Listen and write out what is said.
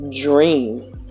Dream